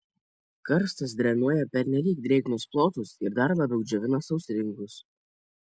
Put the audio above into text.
karstas drenuoja pernelyg drėgnus plotus ir dar labiau džiovina sausringus